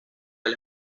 del